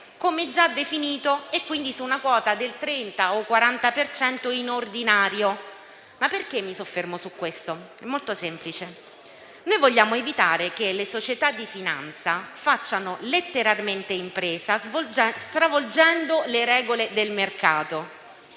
come già definito e, quindi, su una quota del 30 o 40 per cento in ordinario. Perché mi soffermo su questo? È molto semplice. Noi vogliamo evitare che le società di finanza facciano letteralmente impresa, stravolgendo le regole del mercato.